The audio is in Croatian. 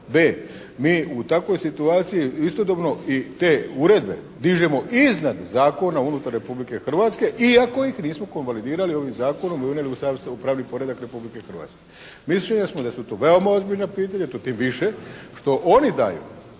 Mi u takvoj situaciji istodobno i te uredbe dižemo iznad zakona unutar Republike Hrvatske iako ih nismo konvalidirali ovim zakonom i unijeli u pravni pored Republike Hrvatske. Mišljenja smo da su to veoma ozbiljna pitanja to tim više što oni daju